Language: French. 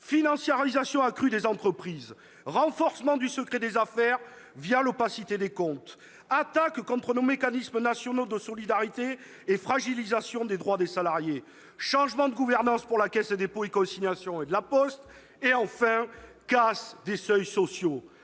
financiarisation accrue des entreprises, renforcement du secret des affaires l'opacité des comptes, attaques contre nos mécanismes nationaux de solidarité et fragilisation des droits des salariés, changements de gouvernance pour la Caisse des dépôts et consignations et La Poste, ou encore casse des seuils sociaux.